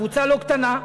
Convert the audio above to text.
קבוצה לא קטנה,